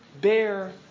bear